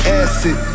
acid